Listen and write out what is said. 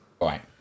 Right